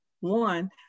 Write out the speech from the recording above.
One